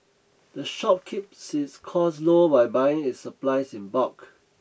the shop keeps its costs low by buying its supplies in bulk